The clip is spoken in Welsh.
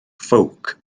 ffowc